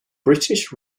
british